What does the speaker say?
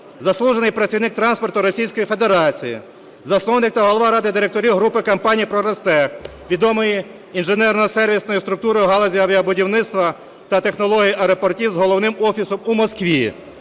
заслужений працівник транспорту Російської Федерації, засновник та голова ради директорів групи компанії "Прогрестех", відомий інженерно-сервісної структури в галузі авіабудівництва та технології аеропортів з головним офісом у Москві.